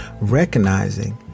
Recognizing